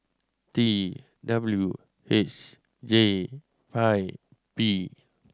T W H J five P